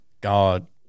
god